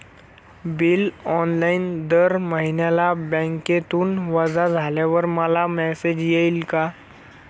Bill online दर महिन्याला बँकेतून वजा झाल्यावर मला मेसेज येईल का?